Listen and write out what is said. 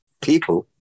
people